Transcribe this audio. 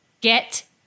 get